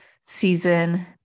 season